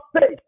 faith